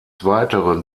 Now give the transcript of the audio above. weiteren